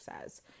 says